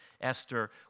Esther